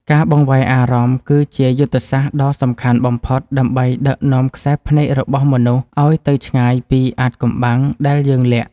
ការបង្វែរអារម្មណ៍គឺជាយុទ្ធសាស្ត្រដ៏សំខាន់បំផុតដើម្បីដឹកនាំខ្សែភ្នែករបស់មនុស្សឱ្យទៅឆ្ងាយពីអាថ៌កំបាំងដែលយើងលាក់។